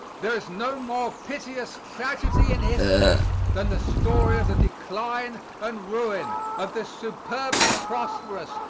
there is no more piteous tragedy in history than the story of the decline and ruin of this superbly prosperous,